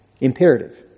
Imperative